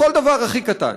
בכל דבר הכי קטן.